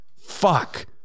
Fuck